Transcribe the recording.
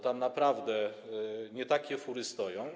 Tam naprawdę nie takie fury stoją.